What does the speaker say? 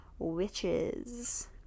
witches